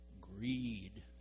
greed